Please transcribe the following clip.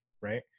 right